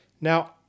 Now